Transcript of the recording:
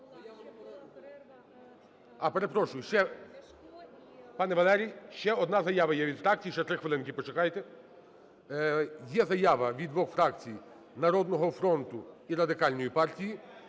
пане Валерій, ще одна заява є від фракції, ще три хвилинки почекайте. Є заява від двох фракцій: "Народного фронту" і Радикальної партії.